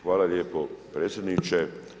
Hvala lijepo predsjedniče.